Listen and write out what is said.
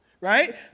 right